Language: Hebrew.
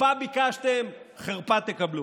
חרפה ביקשתם, חרפה תקבלו.